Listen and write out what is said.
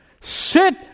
Sit